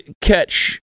catch